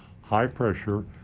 high-pressure